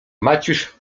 maciuś